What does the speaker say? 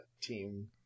team